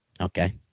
Okay